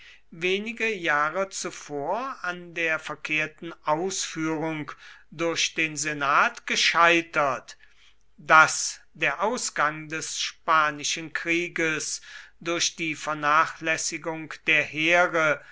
wenige jahre zuvor an der verkehrten ausführung durch den senat gescheitert daß der ausgang des spanischen krieges durch die vernachlässigung der heere